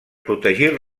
protegir